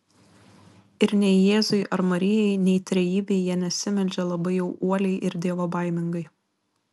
ir nei jėzui ar marijai nei trejybei jie nesimeldžia labai jau uoliai ir dievobaimingai